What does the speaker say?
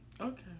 Okay